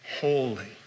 holy